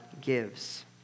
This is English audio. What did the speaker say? gives